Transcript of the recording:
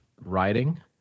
writing